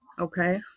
Okay